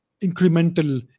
incremental